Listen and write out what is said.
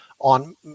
on